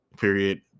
period